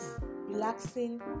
relaxing